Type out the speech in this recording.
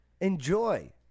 Enjoy